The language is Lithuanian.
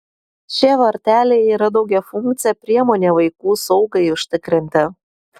šie varteliai yra daugiafunkcė priemonė vaikų saugai užtikrinti